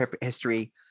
history